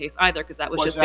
case either because that was